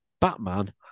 Batman